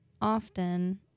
often